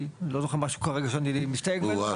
כי אני לא זוכר משהו כרגע שאני מסתייג ממנו.